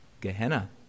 Gehenna